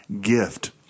gift